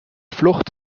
flucht